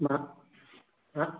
మా ఆ